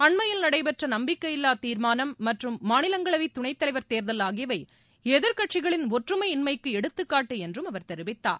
அண்மையில் நடைபெற்ற நம்பிக்கையில்லா தீர்மானம் மற்றும் மாநிலங்களவை துணைத்தலைவர் தேர்தல் ஆகியவை எதிர்க்கட்சிகளின் ஒற்றுமையின்மைக்கு எடுத்துக்காட்டு என்றும் அவர் தெரிவித்தார்